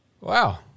Wow